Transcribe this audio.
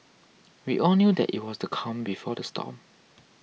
we all knew that it was the calm before the storm